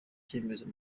cyemezo